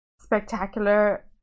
spectacular